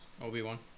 Obi-Wan